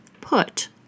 put